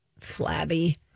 flabby